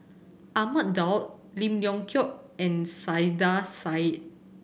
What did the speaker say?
Ahmad Daud Lim Leong Geok and Saiedah Said